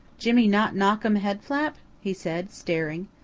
jimmy not knock um head flap? he said staring.